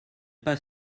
pas